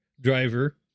driver